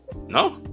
No